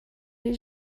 did